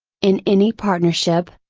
in any partnership,